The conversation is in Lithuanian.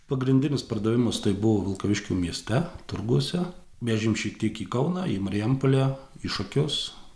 pagrindinis pardavimas tai buvo vilkaviškio mieste turguose vežėm šiek tiek į kauną į marijampolę į šakius